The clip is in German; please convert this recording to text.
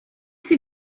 sie